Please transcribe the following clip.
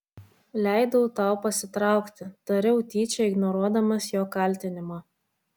leidau tau pasitraukti tariau tyčia ignoruodamas jo kaltinimą